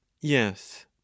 yes